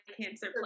cancer